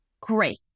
great